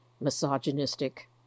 misogynistic